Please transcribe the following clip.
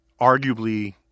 Arguably